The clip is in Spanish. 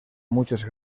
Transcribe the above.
muchos